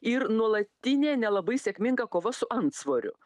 ir nuolatinė nelabai sėkminga kova su antsvoriu